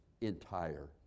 entire